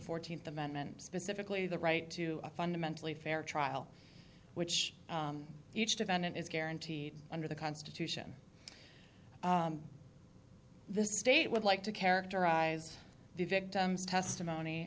fourteenth amendment specifically the right to a fundamentally fair trial which each defendant is guaranteed under the constitution the state would like to characterize the victim's testimony